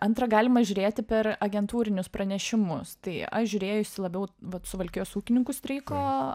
antra galima žiūrėti per agentūrinius pranešimus tai aš žiūrėjus labiau vat suvalkijos ūkininkų streiko